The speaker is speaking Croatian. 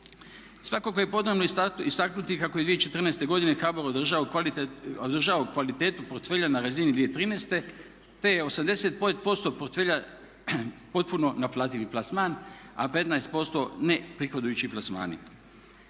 Svakako je potrebno istaknuti kako je 2014. godine HBOR održao kvalitetu portfelja na razini 2013., te je 80% portfelja potpuno naplativi plasman, a 15% neprihodujući plasmani.